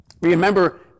Remember